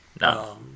No